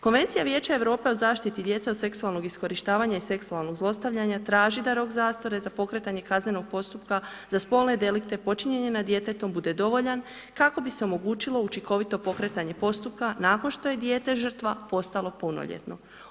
Konvencija Vijeća Europe o zaštiti djece od seksualnog iskorištavanja i seksualnog zlostavljanja traži da rok zastare za pokretanje kaznenog postupka, za spolne delikte počinjene nad djetetom bude dovoljan kako bi se omogućilo učinkovito pokretanje postupka nakon što je dijete žrtva postalo punoljetno.